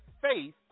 faith